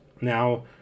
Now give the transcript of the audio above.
Now